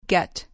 Get